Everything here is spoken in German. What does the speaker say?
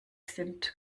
sind